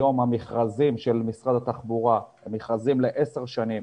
היום המכרזים של משרד התחבורה הם מכרזים לעשר שנים